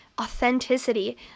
authenticity